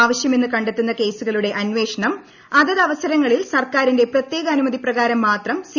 ആവശ്യമെന്ന് കണ്ടെത്തുന്ന കേസുകളുടെ അന്വേഷണം അതതു അവസരങ്ങളിൽ സർക്കാരിന്റെ പ്രത്യേക അനുമതി പ്രകാരം മാത്രം സി